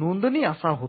नोंदणी' असा होतो